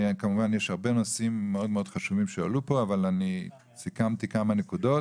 כמובן יש הרבה נושאים חשובים שעלו פה אבל אני סיכמתי כמה נקודות: